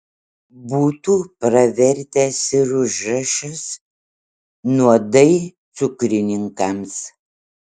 būtų pravertęs ir užrašas nuodai cukrininkams